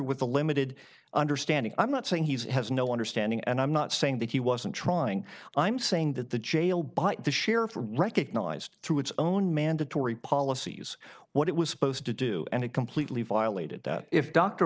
with a limited understanding i'm not saying he has no understanding and i'm not saying that he wasn't trying i'm saying that the jail by the sheriff recognized through its own mandatory policies what it was supposed to do and it completely violated